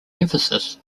emphasis